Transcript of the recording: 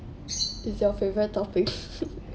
it's your favourite topic